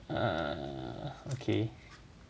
err okay